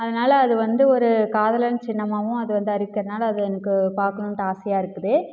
அதனால் அது வந்து ஒரு காதலர் சின்னமாகவும் அது வந்து அறிவிக்கறதுனால் அது எனக்கு பார்க்கணுன்ட்டு ஆசையாக இருக்குது